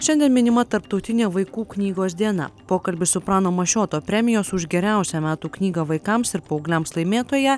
šiandien minima tarptautinė vaikų knygos diena pokalbiui su prano mašioto premijos už geriausią metų knygą vaikams ir paaugliams laimėtoja